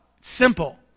Simple